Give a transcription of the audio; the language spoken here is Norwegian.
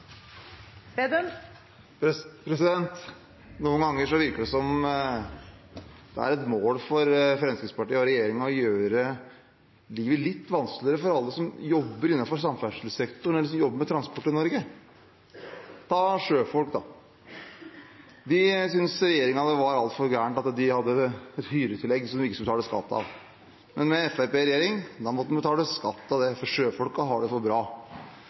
det er et mål for Fremskrittspartiet og regjeringen å gjøre livet litt vanskeligere for alle som jobber innenfor samferdselssektoren, eller som jobber med transport i Norge. Ta sjøfolk – regjeringen syntes det var altfor gærent at de hadde et hyretillegg som de ikke skulle betale skatt av. Med Fremskrittspartiet i regjering må man betale skatt av det, for sjøfolkene har det så bra.